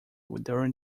during